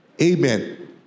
Amen